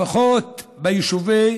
לפחות ביישובי